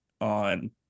on